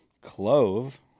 clove